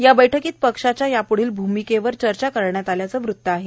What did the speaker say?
या बैठकीत पक्षाच्या याप्ढील भूमिकेवर चर्चा करण्यात आल्याचं वृत आहे